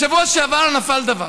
בשבוע שעבר נפל דבר.